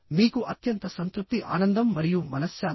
మీకు అత్యంత సంతృప్తి ఆనందం మరియు మనశ్శాంతి